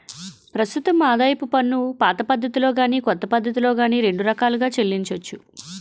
ప్రస్తుతం ఆదాయపు పన్నుపాత పద్ధతిలో గాని కొత్త పద్ధతిలో గాని రెండు రకాలుగా చెల్లించొచ్చు